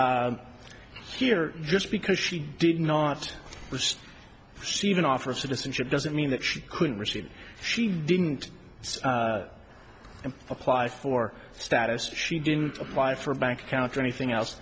e here just because she did not see even offer citizenship doesn't mean that she couldn't receive it she didn't apply for status she didn't apply for a bank account or anything else